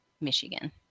michigan